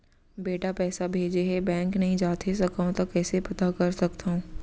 बेटा पइसा भेजे हे, बैंक नई जाथे सकंव त कइसे पता कर सकथव?